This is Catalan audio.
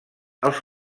als